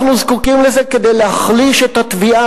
אנחנו זקוקים לזה כדי להחליש את התביעה